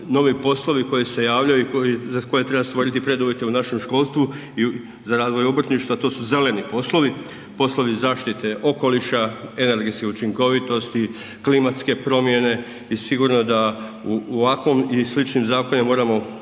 novi poslovi koji se javljaju i za koje treba stvoriti preduvjete u našem školstvu za razvoj obrtništva, to su zeleni poslovi, poslovi zaštite okoliša, energentske učinkovitosti, klimatske promjene i sigurno da u ovakvom i sličnim zakonima moramo